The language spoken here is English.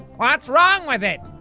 what's wrong with it?